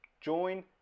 join